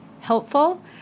helpful